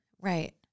Right